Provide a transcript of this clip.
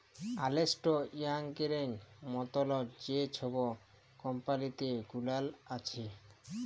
আর্লেস্ট ইয়াংয়ের মতল যে ছব কম্পালি গুলাল আছে